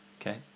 Okay